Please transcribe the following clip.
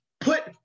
Put